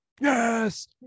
yes